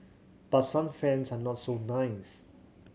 but some fans are not so nice